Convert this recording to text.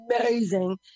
amazing